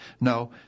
No